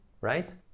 right